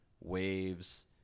Waves